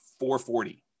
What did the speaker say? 440